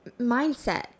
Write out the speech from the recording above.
mindset